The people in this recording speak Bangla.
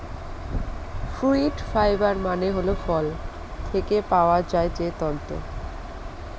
ফ্রুইট ফাইবার মানে হল ফল থেকে পাওয়া যায় যে তন্তু